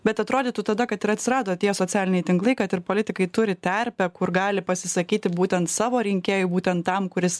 bet atrodytų tada kad ir atsirado tie socialiniai tinklai kad ir politikai turi terpę kur gali pasisakyti būtent savo rinkėjų būtent tam kuris